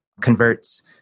converts